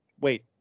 wait